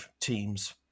teams